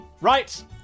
Right